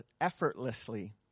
effortlessly